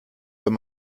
wenn